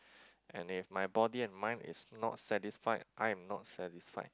and if my body and mind is not satisfied I am not satisfied